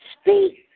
Speak